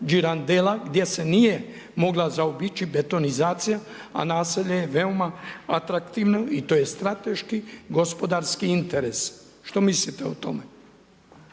gdje se nije mogla zaobići betonizacija a naselje je veoma atraktivno i to je strateški, gospodarski interes. Što mislite o tome?